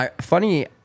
Funny